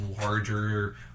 larger